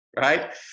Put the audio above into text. right